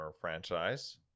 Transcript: franchise